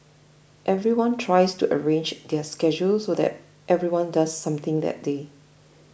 everyone tries to arrange their schedules so that everyone does something that day